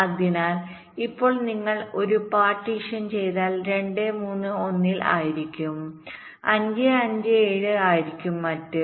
അതിനാൽ ഇപ്പോൾ നിങ്ങൾ ഒരു പാർട്ടീഷൻ ചെയ്താൽ 2 3 1 ൽ ആയിരിക്കും 5 5 7 ആയിരിക്കും മറ്റ്